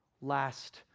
last